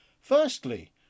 Firstly